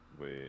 Wait